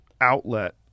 outlet